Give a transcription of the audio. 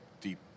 deep